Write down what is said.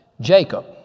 Jacob